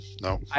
no